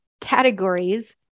categories